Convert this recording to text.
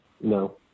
No